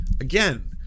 again